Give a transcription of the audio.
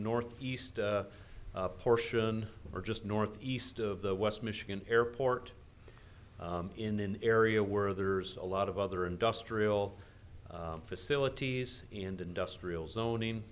north east portion or just north east of the west michigan airport in an area where there's a lot of other industrial facilities and industrial zoning